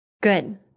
Good